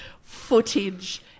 footage